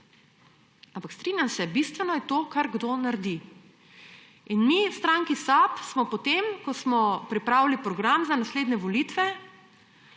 Ampak strinjam se, bistveno je to, kar kdo naredi. V stranki SAB smo po tem, ko smo pripravili program za naslednje volitve